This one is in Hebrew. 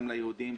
גם ליהודים,